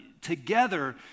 together